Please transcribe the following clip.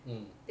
mm